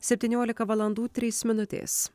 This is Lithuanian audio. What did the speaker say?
septyniolika valandų trys minutės